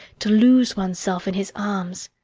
to lose oneself in his arms!